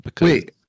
Wait